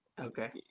Okay